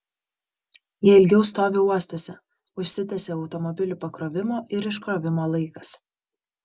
jie ilgiau stovi uostuose užsitęsia automobilių pakrovimo ir iškrovimo laikas